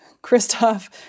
Christoph